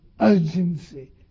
urgency